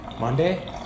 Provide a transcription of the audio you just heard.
Monday